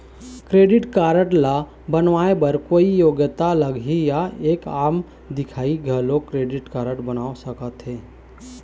Credit card ला बनवाए बर कोई योग्यता लगही या एक आम दिखाही घलो क्रेडिट कारड बनवा सका थे?